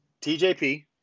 TJP